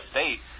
State